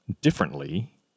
differently